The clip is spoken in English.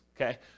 okay